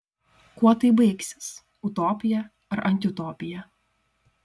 kuo tai baigsis utopija ar antiutopija